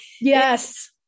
Yes